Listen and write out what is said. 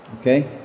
okay